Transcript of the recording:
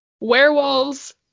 werewolves